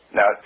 Now